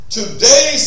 today